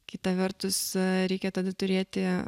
kita vertus reikia tada turėti